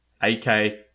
ak